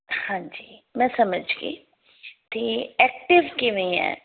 ਹਾਂਜੀ ਮੈਂ ਸਮਝ ਗਈ ਅਤੇ ਐਕਟਿਵ ਕਿਵੇਂ ਹੈ